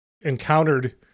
encountered